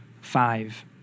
five